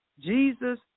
Jesus